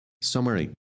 Summary